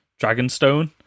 Dragonstone